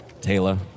Taylor